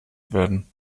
werden